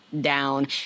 down